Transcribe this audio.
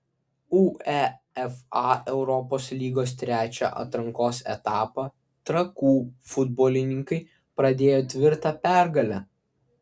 uefa europos lygos trečią atrankos etapą trakų futbolininkai pradėjo tvirta pergale